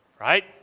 right